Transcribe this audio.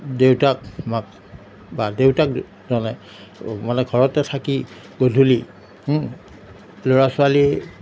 দেউতাক মাক বা দেউতাকজনে মানে ঘৰতে থাকি গধূলি ল'ৰা ছোৱালী